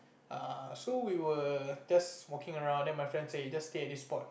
err so we were just walking around then my friend say you just stay at this spot